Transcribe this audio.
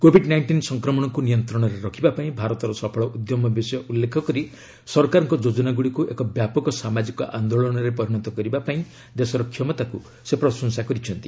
Covid nineteen ସଂକ୍ରମଣକୁ ନିୟନ୍ତ୍ରଣରେ ରଖିବାପାଇଁ ଭାରତର ସଫଳ ଉଦ୍ୟମ ବିଷୟ ଉଲ୍ଲ୍ଖେ କରି ସରକାରଙ୍କ ଯୋଜନାଗୁଡ଼ିକୁ ଏକ ବ୍ୟାପକ ସାମାଜିକ ଆନ୍ଦୋଳନରେ ପରିଣତ କରିବାପାଇଁ ଦେଶର କ୍ଷମତାକୁ ସେ ପ୍ରଶଂସା କରିଛନ୍ତି